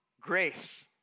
Grace